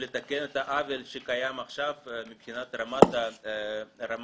לתקן את העוול שקיים עכשיו מבחינת רמת המימון,